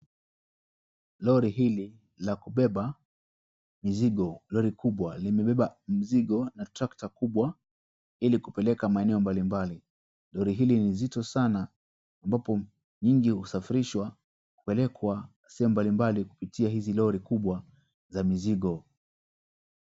Lori hili la kubeba mizigo. Lori kubwa limebeba mizigo na trakta kubwa ili kupeleka maeneo mbalimbali. Lori hili ni mzito sana ambapo nyingi husafirishwa kupelekwa sehemu mbali mbali kupitia hizi lori kubwa za mizigo.